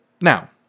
Now